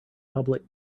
public